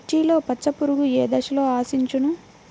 మిర్చిలో పచ్చ పురుగు ఏ దశలో ఆశించును?